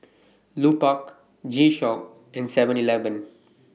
Lupark G Shock and Seven Eleven